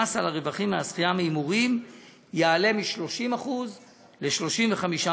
המס על הרווחים מהזכייה בהימורים יעלה מ-30% ל-35%.